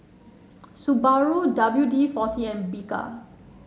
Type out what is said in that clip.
Subaru W D forty and Bika